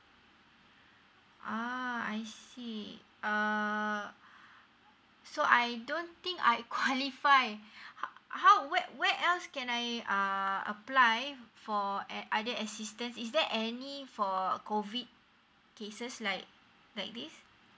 uh I see um so I don't think I'd qualify uh how where where else can I uh apply for eh other assistance is there any for COVID cases like like this